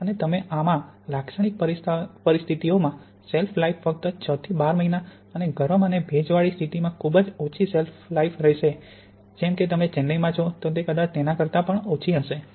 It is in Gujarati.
અને તમે આ આમાં લાક્ષણિક પરિસ્થિતિઓમાં શેલ્ફ લાઇફ ફક્ત 6 થી 12 મહિના અને ગરમ ભેજવાળી સ્થિતિમાં ખૂબ ટૂંકી શેલ્ફ લાઇફ રહેશે જેમ કે તમે અહીં ચેન્નઇમાં છો તે કદાચ તેના કરતા પણ ઓછી હશે